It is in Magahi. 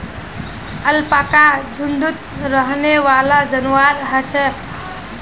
अलपाका झुण्डत रहनेवाला जंवार ह छे